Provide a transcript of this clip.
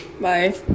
Bye